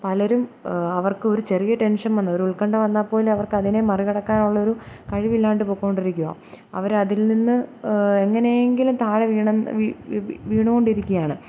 പലരും അവർക്ക് ഒരു ചെറിയ ടെൻഷൻ വന്നാൽ ഒരു ഉത്കണ്ഠ വന്നാൽ പോലും അവർക്കതിനെ മറികടക്കാനുള്ളൊരു കഴിവില്ലാണ്ട് പൊയ്ക്കൊണ്ടിരിക്കുകയാ അവർ അതിൽനിന്ന് എങ്ങനെയെങ്കിലും താഴെവീണതെന്നു വി വീണു കൊണ്ടിരിക്കുകയാണ്